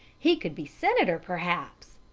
he could be senator, perhaps!